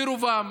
ברובם: